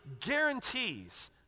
guarantees